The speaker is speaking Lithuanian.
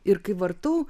ir kai vartau